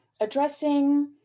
addressing